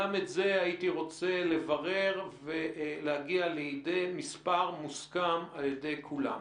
גם את זה הייתי רוצה לברר ולהגיע לידי מספר מוסכם על ידי כולם.